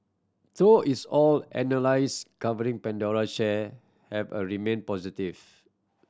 though its all analyst covering Pandora share have a remained positive